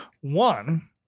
One